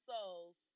souls